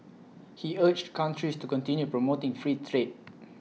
he urged countries to continue promoting free trade